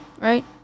right